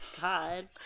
god